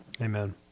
Amen